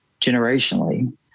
generationally